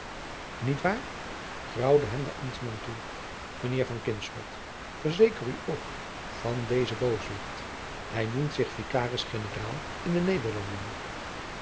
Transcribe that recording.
niet waar graauwde hem de ambtman toe mijnheer van kinschot verzeker u ook van dezen booswicht hij noemt zich vikaris generaal in de nederlanden